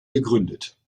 gegründet